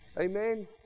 Amen